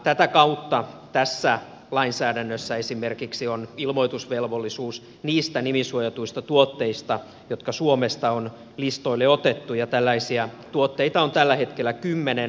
tätä kautta tässä lainsäädännössä esimerkiksi on ilmoitusvelvollisuus niistä nimisuojatuista tuotteista jotka suomesta on listoille otettu ja tällaisia tuotteita on tällä hetkellä kymmenen